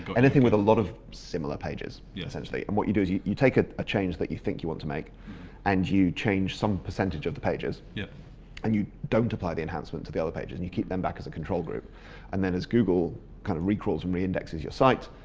but anything with a lot of similar pages yeah essentially and what you do is, you you take a change that you think you want to make and you change some percentage of the pages yeah and you don't apply the enhancement to the other pages and you keep them back as a control group and then as google kind of re-crawls and re-indexes your site,